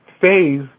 phase